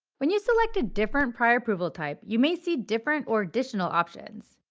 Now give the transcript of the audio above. when you select a different prior approval type, you may see different or additional options.